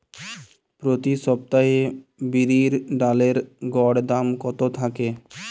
প্রতি সপ্তাহে বিরির ডালের গড় দাম কত থাকে?